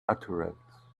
utterance